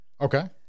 Okay